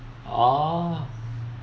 ah